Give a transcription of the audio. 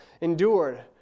endured